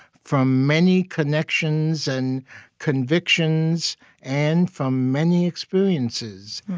from many connections and convictions and from many experiences.